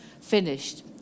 finished